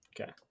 Okay